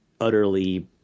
utterly